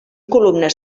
columnes